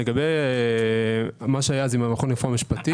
לגבי מה שהיה עם המכון לרפואה משפטית-